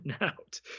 out